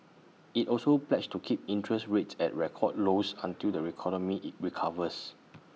IT also pledged to keep interest rates at record lows until the economy recovers